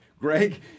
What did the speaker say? Greg